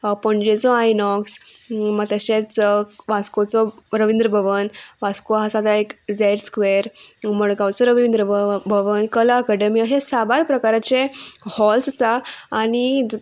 पणजेचो Inox तशेंच वास्कोचो रविंद्र भवन वास्को आसा जाल्यार एक झॅड स्क्वॅर मडगांवचो रविंद्र भव भवन कला अकाडेमी अशें साबार प्रकाराचे हॉल्स आसा आनी